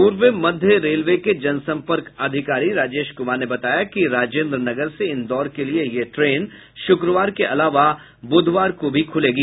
पूर्व मध्य रेलवे के जनसंपर्क अधिकारी राजेश कुमार ने बताया कि राजेन्द्रनगर से इंदौर के लिए यह ट्रेन शुक्रवार के अलावा बुधवार को भी खुलेगी